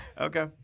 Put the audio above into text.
Okay